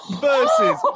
versus